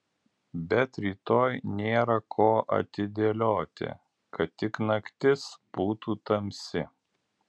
bet rytoj nėra ko atidėlioti kad tik naktis būtų tamsi